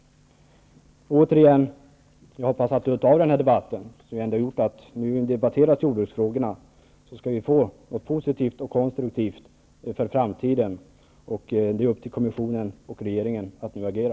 Jag hoppas att den här debatten, som gjort att vi ändå diskuterat jordbruksfrågor, för något positivt och konstruktivt med sig för framtiden. Det är upp till kommissionen och regeringen att nu agera.